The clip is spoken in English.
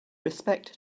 respect